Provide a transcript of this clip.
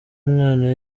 umwana